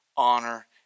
honor